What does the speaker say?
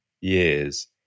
years